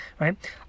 right